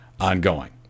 ongoing